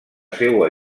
seua